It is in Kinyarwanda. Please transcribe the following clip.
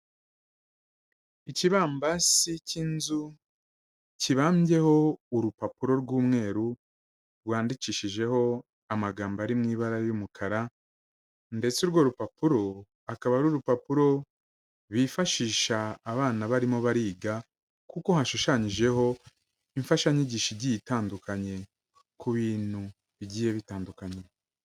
Ikibambasi cy'inzu kibambyeho urupapuro rw'umweru rwandikishijeho amagambo ari mu ibara y'umukara ndetse urwo rupapuro, akaba ari urupapuro bifashisha abana barimo bariga kuko hashushanyijeho imfashanyigisho igiye itandukanye, ku bintu bigiye bitandukanye.